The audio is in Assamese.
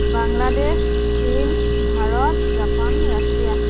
বাংলাদেশ চীন ভাৰত জাপান ৰাছিয়া